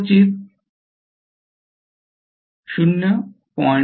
कदाचित 0